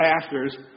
pastors